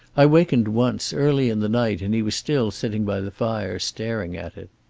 i wakened once, early in the night, and he was still sitting by the fire, staring at it.